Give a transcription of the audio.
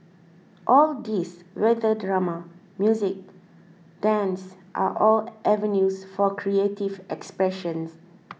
all these whether drama music dance are all avenues for creative expression